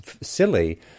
silly